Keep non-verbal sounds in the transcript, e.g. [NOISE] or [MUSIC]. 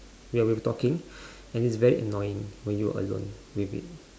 ya we are talking [BREATH] and it's very annoying when you alone with it